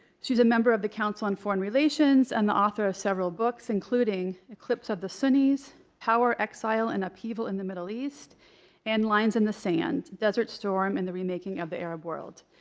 she's a member of the council on foreign relations and author of several books, including eclipse of the sunnis power, exile, and upheaval in the middle east and lines in the sand desert storm and the remaking of the arab world.